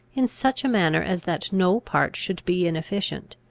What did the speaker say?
in such a manner as that no part should be inefficient.